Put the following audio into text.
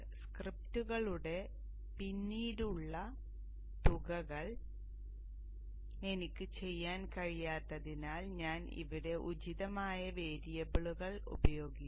സ്ക്രിപ്റ്റുകളുടെ പിന്നീടുള്ള തുകകൾ എനിക്ക് ചെയ്യാൻ കഴിയാത്തതിനാൽ ഞാൻ ഇവിടെ ഉചിതമായ വേരിയബിളുകൾ ഉപയോഗിച്ചു